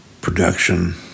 production